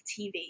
TV